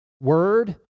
word